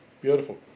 Beautiful